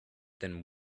then